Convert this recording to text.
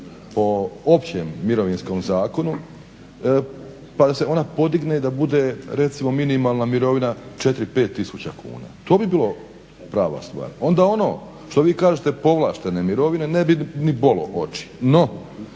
o općem Mirovinskom zakonu, pa da se ona podigne i da bude recimo minimalna mirovina 4, 5 tisuća kuna. To bi bila prava stvar. Onda ono što vi kažete, povlaštene mirovine, ne bi ni bolo oči.